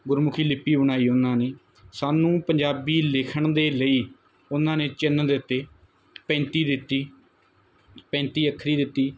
ਗੁਰਮੁਖੀ ਲਿਪੀ ਬਣਾਈ ਉਹਨਾਂ ਨੇ ਸਾਨੂੰ ਪੰਜਾਬੀ ਲਿਖਣ ਦੇ ਲਈ ਉਹਨਾਂ ਨੇ ਚਿੰਨ੍ਹ ਦਿੱਤੇ ਪੈਂਤੀ ਦਿੱਤੀ ਪੈਂਤੀ ਅੱਖਰੀ ਦਿੱਤੀ